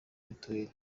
mituweli